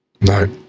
No